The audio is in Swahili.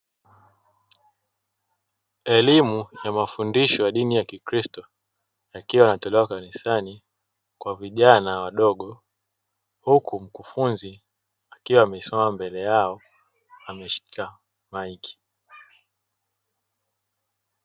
Elimu ya mafundisho ya dini ya kikristo, yakiwa yanatolewa kanisani kwa vijana wadogo, huku mkufunzi akiwa amesimama mbele yao ameshika maiki.